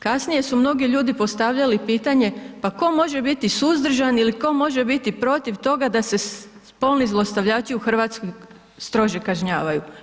Kasnije su mnogi ljudi postavljali pitanje, pa tko može biti suzdržan ili tko može biti protiv toga, da se spolni zlostavljači u Hrvatskoj strože kažnjavaju?